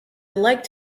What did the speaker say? liked